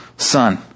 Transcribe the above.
Son